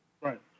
right